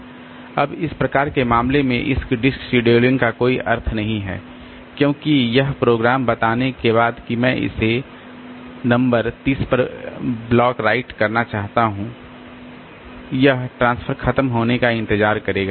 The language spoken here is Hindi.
अब इस प्रकार के मामलों में इस डिस्क शेड्यूलिंग का कोई अर्थ नहीं है क्योंकि यह प्रोग्राम यह बताने के बाद कि मैं इसे नंबर 30 पर ब्लॉक राइट करना चाहता हूं यह ट्रांसफर खत्म होने का इंतजार करेगा